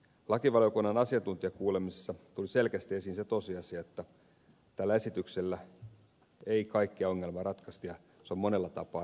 lakivaliokunnan asiantuntijakuulemisissa tuli selkeästi esiin se tosiasia että tällä esityksellä ei kaikkia ongelmia ratkaista ja se on monella tapaa riittämätön